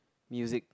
music